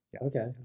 Okay